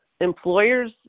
employers